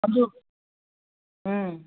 ꯑꯗꯨ ꯎꯝ